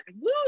Woo